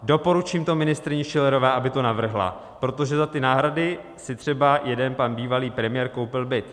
Doporučím to ministryni Schillerové, aby to navrhla, protože za ty náhrady si třeba jeden pan bývalý premiér koupil byt.